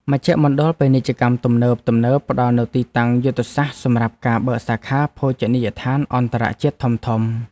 មជ្ឈមណ្ឌលពាណិជ្ជកម្មទំនើបៗផ្តល់នូវទីតាំងយុទ្ធសាស្ត្រសម្រាប់ការបើកសាខាភោជនីយដ្ឋានអន្តរជាតិធំៗ។